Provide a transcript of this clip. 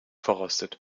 verrostet